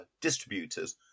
distributors